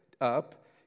up